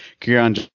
Kieran